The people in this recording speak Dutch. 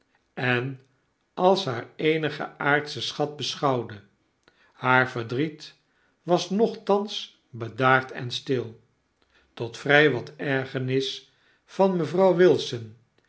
en als haar eenigen aardschen schat beschouwde haar verdriet was nochtans bedaard en stil tot vrg wat ergernis van mevrouw wilson